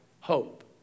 hope